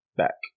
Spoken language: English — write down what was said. back